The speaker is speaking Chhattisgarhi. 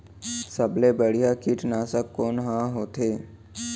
सबले बढ़िया कीटनाशक कोन ह होथे?